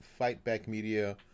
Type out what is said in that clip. FightBackMedia